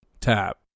Tap